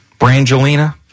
Brangelina